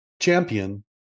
champion